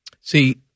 See